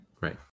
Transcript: Right